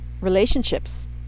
relationships